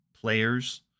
players